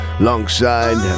alongside